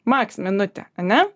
maks minutė ane